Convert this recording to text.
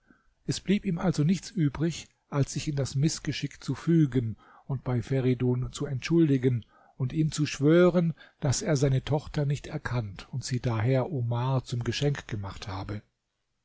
es blieb ihm also nichts übrig als sich in das mißgeschick zu fügen und bei feridun zu entschuldigen und ihm zu schwören daß er seine tochter nicht erkannt und sie daher omar zum geschenk gemacht habe